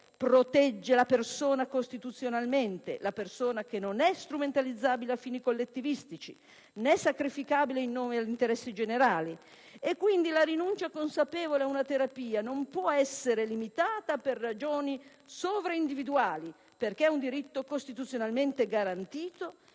protegge la persona costituzionalmente, la persona che non è strumentalizzabile a fini collettivistici, né sacrificabile in nome degli interessi generali. E, quindi, la rinuncia consapevole ad una terapia non può essere limitata per ragioni sovraindividuali, perché è un diritto costituzionalmente garantito